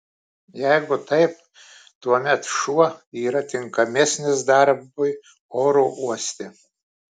jeigu taip tuomet šuo yra tinkamesnis darbui oro uoste